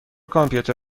کامپیوتر